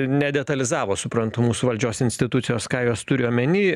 nedetalizavo suprantu mūsų valdžios institucijos ką jos turi omeny